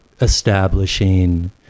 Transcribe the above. establishing